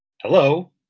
Hello